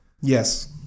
yes